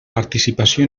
participació